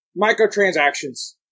microtransactions